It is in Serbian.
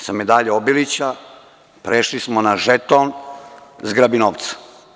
Samedaljom Obilića prešli smo na žeton zgrabi novca.